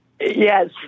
Yes